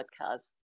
podcast